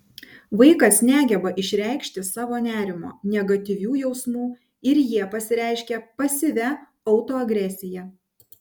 vaikas negeba išreikšti savo nerimo negatyvių jausmų ir jie pasireiškia pasyvia autoagresija